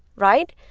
right?